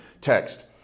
text